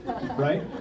right